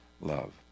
love